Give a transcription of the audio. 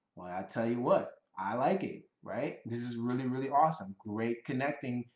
well i i tell you what, i like it, right. this is really, really awesome. great connecting,